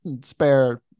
spare